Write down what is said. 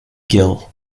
gill